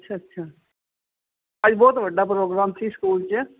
ਅੱਛਾ ਅੱਛਾ ਅੱਜ ਬਹੁਤ ਵੱਡਾ ਪ੍ਰੋਗਰਾਮ ਸੀ ਸਕੂਲ 'ਚ